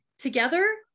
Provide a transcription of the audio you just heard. together